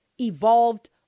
evolved